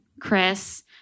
Chris